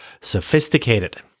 sophisticated